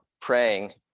praying